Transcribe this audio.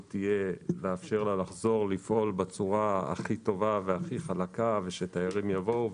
תהיה לאפשר לה לחזור לפעול בצורה הכי טובה והכי חלקה ושתיירים יבואו.